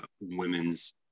women's